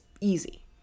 easy